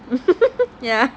ya